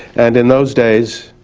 and in those days